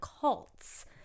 cults